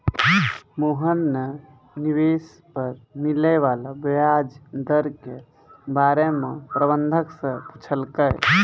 मोहन न निवेश पर मिले वाला व्याज दर के बारे म प्रबंधक स पूछलकै